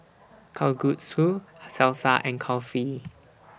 Kalguksu Salsa and Kulfi